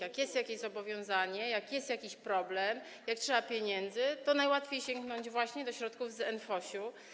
Jak jest jakieś zobowiązanie, jak jest jakiś problem, jak trzeba pieniędzy, to najłatwiej sięgnąć właśnie do środków z NFOŚiGW.